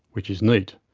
which is neat.